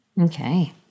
Okay